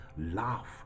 laugh